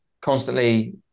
constantly